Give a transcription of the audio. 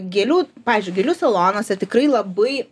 gėlių pavyzdžiui gėlių salonuose tikrai labai